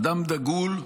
אדם דגול,